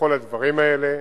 בכל הדברים האלה.